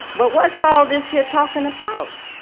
but what's all this here talkin' about,